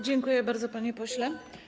Dziękuję bardzo, panie pośle.